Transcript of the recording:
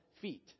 feet